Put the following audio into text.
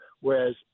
Whereas